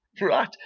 Right